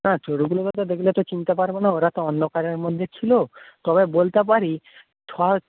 না চোরগুলোকে তো দেখলে তো চিনতে পারব না ওরা তো অন্ধকারের মধ্যে ছিল তবে বলতে পারি ছয়